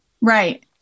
Right